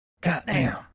Goddamn